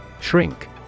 Shrink